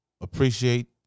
appreciate